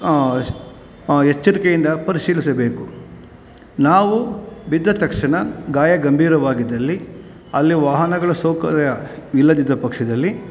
ಸ್ ಎಚ್ಚರಿಕೆಯಿಂದ ಪರಿಶೀಲಿಸಬೇಕು ನಾವು ಬಿದ್ದ ತಕ್ಷಣ ಗಾಯ ಗಂಭೀರವಾಗಿದ್ದಲ್ಲಿ ಅಲ್ಲಿ ವಾಹನಗಳ ಸೌಕರ್ಯ ಇಲ್ಲದಿದ್ದ ಪಕ್ಷದಲ್ಲಿ